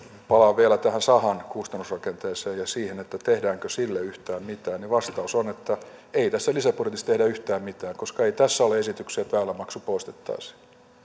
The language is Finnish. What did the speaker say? palaan vielä tähän sahan kustannusrakenteeseen ja siihen tehdäänkö sille yhtään mitään vastaus on että ei tässä lisäbudjetissa tehdä yhtään mitään koska ei tässä ole esityksiä että väylämaksu poistettaisiin